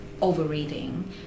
overeating